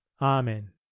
amen